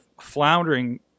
floundering